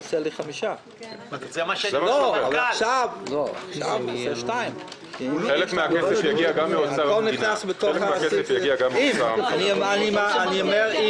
חסר לי 5. עכשיו 2. אני אומר אם.